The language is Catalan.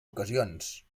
ocasions